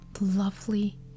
lovely